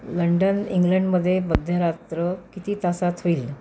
London इंग्लंडमध्ये मध्यरात्र किती तासांत होईल